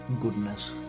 goodness